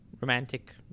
romantic